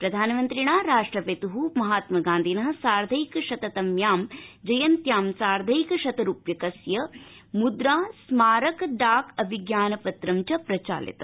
प्रधानमन्त्रिणा राष्ट्रपितृ महात्म गांधिन साधैंकशततम्यां जयन्त्यां साधैंकशतरूप्यकस्य मुद्रा स्मारक डाक अभिज्ञानपत्रं च प्रचालितम्